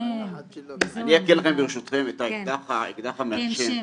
--- אני אציע לכם ברשותכם את האקדח המעשן.